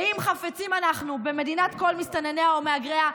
אם חפצים אנחנו במדינת כל מסתנניה ומהגריה,